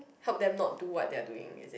help them not do what they are doing is it